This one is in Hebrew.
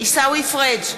עיסאווי פריג'